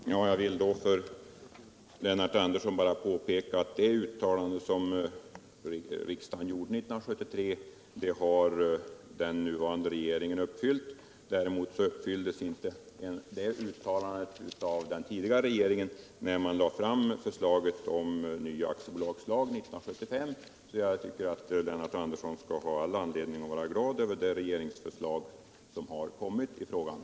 Herr talman! Jag vill bara säga till Lennart Andersson att den nuvarande regeringen nu har förverkligat vad riksdagen uttalade år 1973. Det gjorde 93 däremot inte den tidigare regeringen som 1975 lade fram förslaget om en ny aktiebolagslag. Därför tycker jag att Lennart Andersson har all anledning att vara glad över det regeringsförslag som nu framlagts.